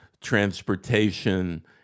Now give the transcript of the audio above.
transportation